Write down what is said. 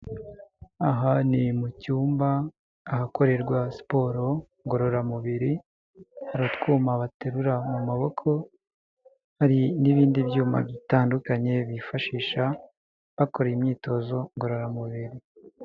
Aha ni mu cyumba ahakorerwa siporo ngororamubiri, hari utwuma baterura mu maboko, hari n'ibindi byuma bitandukanye bifashisha bakora imyitozo ngororamubiri.